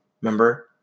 Remember